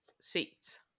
seats